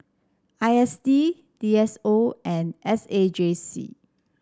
I S D D S O and S A J C